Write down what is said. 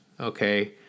okay